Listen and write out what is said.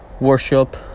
worship